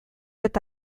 eta